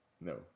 No